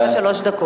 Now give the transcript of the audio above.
יש לך שלוש דקות.